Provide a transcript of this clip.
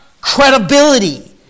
credibility